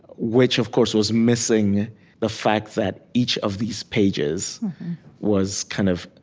which, of course, was missing the fact that each of these pages was kind of